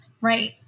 Right